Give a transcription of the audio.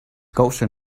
gaussian